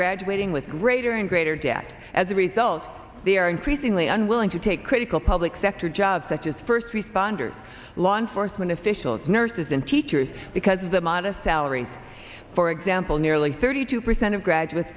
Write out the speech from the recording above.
graduating with greater and greater debt as a result they are increasingly unwilling to take critical public sector jobs such as first responders law enforcement officials nurses and teachers because of the modest salary for example nearly thirty two percent of graduates